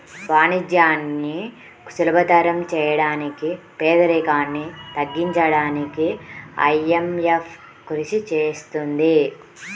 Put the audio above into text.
వాణిజ్యాన్ని సులభతరం చేయడానికి పేదరికాన్ని తగ్గించడానికీ ఐఎంఎఫ్ కృషి చేస్తుంది